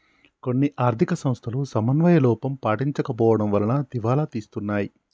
కొన్ని ఆర్ధిక సంస్థలు సమన్వయ లోపం పాటించకపోవడం వలన దివాలా తీస్తున్నాయి